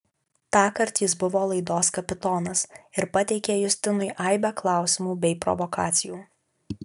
tąkart jis buvo laidos kapitonas ir pateikė justinui aibę klausimų bei provokacijų